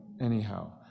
anyhow